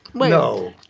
no